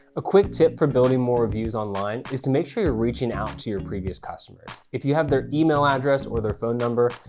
a quick tip for building more reviews online is to make sure you're reaching out to your previous customers. if you have their email address or their phone number,